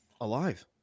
alive